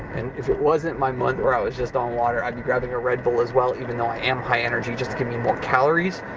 if wasn't my month where i was just on water, i'd be grabbing a red bull as well, even though i am high-energy, just to give me more calories.